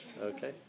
Okay